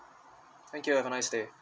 thank you have a nice day